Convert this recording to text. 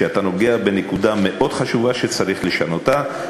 שאתה נוגע בנקודה מאוד חשובה שצריך לשנותה.